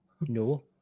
No